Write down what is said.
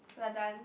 we are done